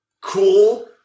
cool